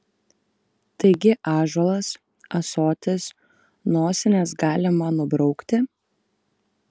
taigi ąžuolas ąsotis nosines galima nubraukti